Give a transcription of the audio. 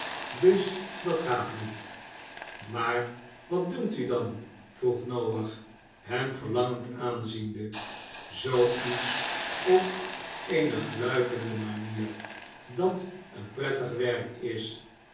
dus dat gaat niet maar wat dunkt u dan vroeg noach hem verlangend aanziende zoo iets op eene gluipende manier dat een prettig werk is